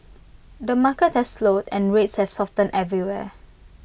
the market has slowed and rates have softened everywhere